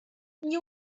nie